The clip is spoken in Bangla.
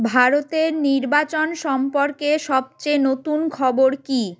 ভারতের নির্বাচন সম্পর্কে সবচেয়ে নতুন খবর কী